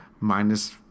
minus